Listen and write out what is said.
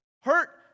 hurt